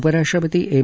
उपराष्ट्रपती एम